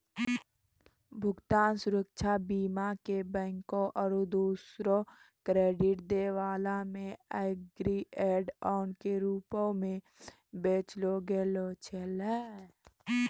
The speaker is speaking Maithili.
भुगतान सुरक्षा बीमा के बैंको आरु दोसरो क्रेडिट दै बाला मे एगो ऐड ऑन के रूपो मे बेचलो गैलो छलै